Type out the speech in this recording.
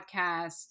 podcast